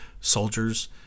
soldiers